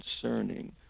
concerning